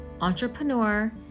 entrepreneur